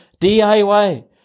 DIY